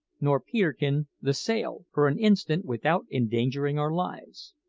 nor peterkin the sail, for an instant, without endangering our lives.